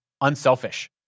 unselfish